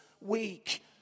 week